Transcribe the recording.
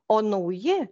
o nauji